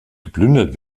geplündert